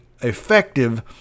effective